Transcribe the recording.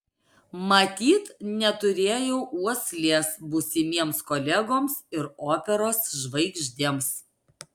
matyt neturėjau uoslės būsimiems kolegoms ir operos žvaigždėms